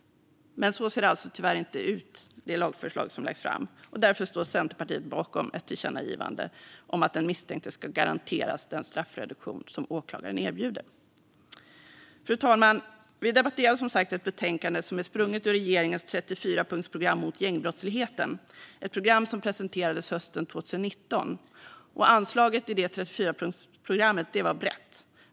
Men så ser alltså det lagförslag som har lagts fram tyvärr inte ut, och därför står Centerpartiet bakom ett förslag till tillkännagivande om att den misstänkte ska garanteras den straffreduktion som åklagaren erbjuder. Fru talman! Vi debatterar som sagt ett betänkande som är sprunget ur regeringens 34-punktsprogram mot gängbrottsligheten, som presenterades hösten 2019. Anslaget i detta 34-punktsprogram var brett.